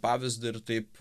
pavyzdį ir taip